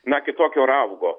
na kokio raugo